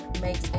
makes